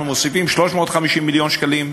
אנחנו מוסיפים 350 מיליון שקלים,